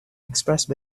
expressed